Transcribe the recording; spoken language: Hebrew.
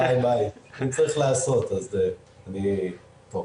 אם צריך לעשות, אני פה.